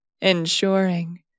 ensuring